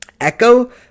Echo